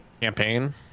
campaign